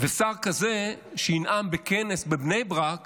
ושר כזה שינאם בכנס בבני ברק